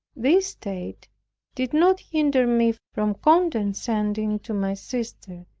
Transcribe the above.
this state did not hinder me from condescending to my sister,